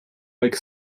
like